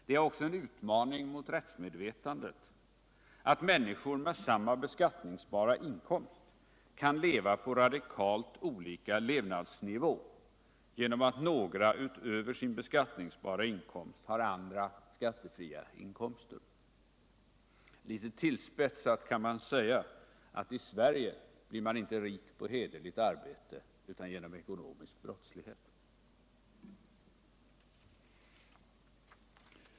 Det är också en utmaning mot rättsmedvetandet att människor med samma beskattningsbara inkomst kan leva på radikalt olika levnadsnivå genom att några utöver sin deklarerade inkomst har andra, ”skattefria” , inkomster. Lite tillspetsat kan man säga att i Sverige blir man rik inte på hederligt arbete utan genom ekonomisk brottslighet.